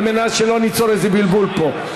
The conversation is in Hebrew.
כדי שלא ניצור איזה בלבול פה.